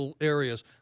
areas